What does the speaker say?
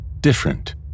different